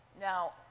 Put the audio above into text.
Now